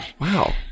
Wow